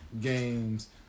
games